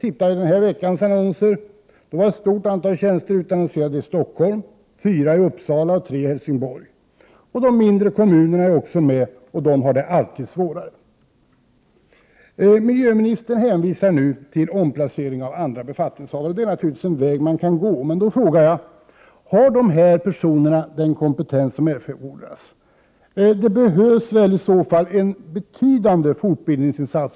I den här veckans annonser var ett stort antal tjänster utannonserade i Stockholm, fyra i Uppsala och tre i Helsingborg. De mindre kommunerna är också med, och de har det alltid svårare. Nu hänvisar miljöministern till en omplacering av andra befattningshavare. Det är naturligtvis en väg man kan gå. Men har dessa personer den kompetens som erfordras? Om omplacering skall ske behövs väl i så fall en betydande fortbildningsinsats.